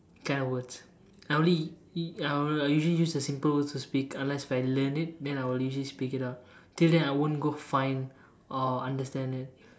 kind of words I only I will I usually use the simple words to speak unless if I learn it then I will usually speak it out till then I wont go find or understand it